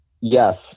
yes